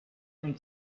and